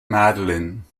madeleine